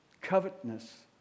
covetousness